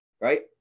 right